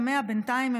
ימיה בינתיים,